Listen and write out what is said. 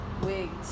wigs